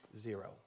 Zero